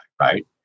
right